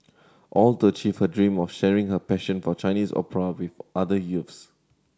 all to achieve her dream of sharing her passion for Chinese opera with other youths